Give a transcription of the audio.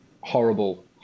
Horrible